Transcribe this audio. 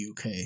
UK